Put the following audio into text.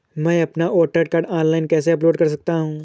मैं अपना voter card online कैसे अपलोड कर सकता हूँ?